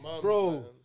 bro